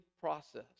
process